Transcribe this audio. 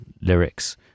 lyrics